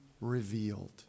revealed